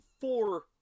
four